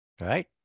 Right